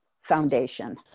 Foundation